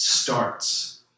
starts